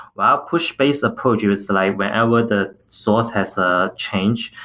while push-based approach is like whenever the source has a change,